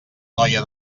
noia